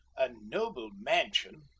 a noble mansion!